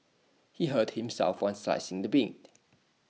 he hurt himself while slicing the meat